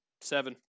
seven